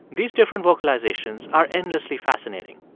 these different vocalizations are endlessly fascinating.